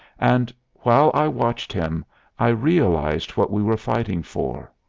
and. while i watched him i realized what we were fighting for.